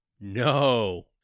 no